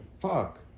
Fuck